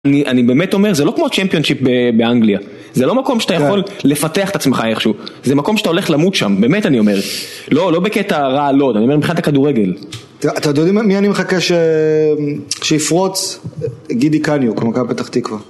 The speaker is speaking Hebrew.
אני באמת אומר זה לא כמו צ'מפיונצ'יפ באנגליה זה לא מקום שאתה יכול לפתח את עצמך איכשהו זה מקום שאתה הולך למות שם, באמת אני אומר לא, לא בקטע רע, לא, אני אומר בכלל את הכדורגל אתה יודע מי אני מחכה שיפרוץ? גידי קניו, כמו מכבי פתח תקווה